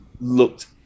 looked